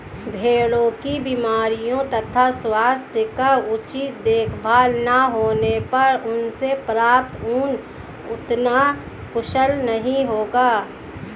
भेड़ों की बीमारियों तथा स्वास्थ्य का उचित देखभाल न होने पर उनसे प्राप्त ऊन उतना कुशल नहीं होगा